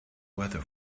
weather